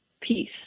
peace